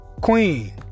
Queen